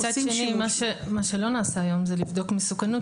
מצד שני מה שלא נעשה היום זה לבדוק מסוכנות